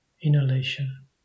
inhalation